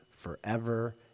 forever